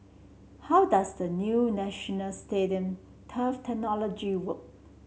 how does the new National Stadium turf technology work